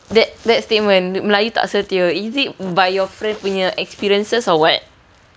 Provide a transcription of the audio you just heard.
that statement melayu tak setia is it by your friend punya experiences or what